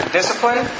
discipline